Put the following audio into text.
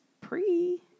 pre